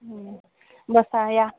बसा या